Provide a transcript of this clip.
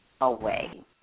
away